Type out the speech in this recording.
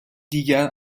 دیگر